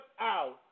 out